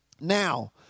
Now